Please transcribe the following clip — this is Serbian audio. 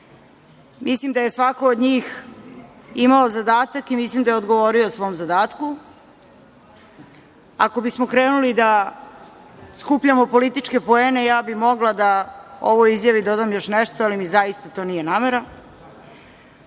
Mislim da je svako od njih imao zadatak i mislim da je odgovorio svom zadatku. Ako bismo krenuli da skupljamo političke poene, ja bih mogla da ovoj izjavi dodam još nešto, ali mi zaista to nije namera. Namera